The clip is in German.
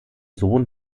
sohn